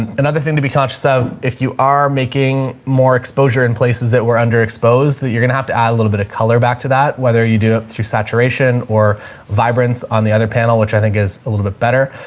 and thing to be conscious of, if you are making more exposure in places that were underexposed that you're going to have to add a little bit of color back to that. whether you do it through saturation or vibrance on the other panel, which i think is a little bit better.